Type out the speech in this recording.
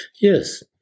Yes